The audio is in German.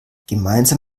gemeinsam